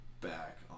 back